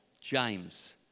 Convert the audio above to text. James